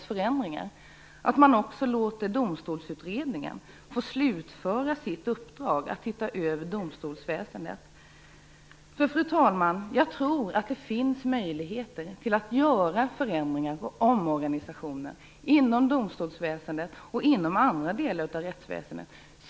Det är viktigt att vi låter Domstolsutredningen få slutföra sitt uppdrag att se över domstolsväsendet. Det finns möjligheter att genomföra förändringar och omorganisationer inom domstolsväsendet och andra delar av rättsväsendet.